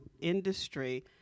industry